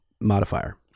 modifier